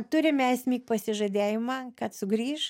turime asmik pasižadėjimą kad sugrįš